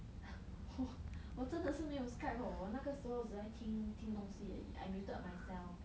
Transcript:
我真的是没有 Skype hor 我那个时候是在听东西而已 I muted myself